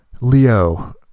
Leo